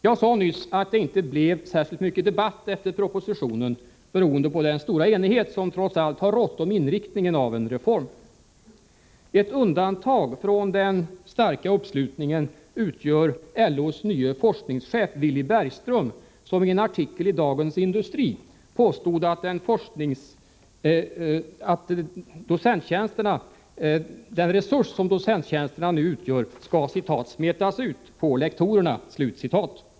Jag sade nyss att det inte blev särskilt mycket debatt efter framläggandet av propositionen beroende på den stora enighet som trots allt har rått om inriktningen av en reform. Ett undantag från dem som ställt sig bakom den starka uppslutningen utgör LO:s nye forskningschef, Villy Bergström, som i en artikel i Dagens Industri påstod att den resurs som docenttjänsterna nu utgör skall ”smetas ut på lektorerna”.